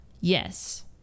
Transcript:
yes